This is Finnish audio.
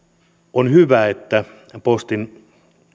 on hyvä että postin